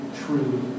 true